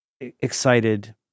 excited